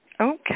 Okay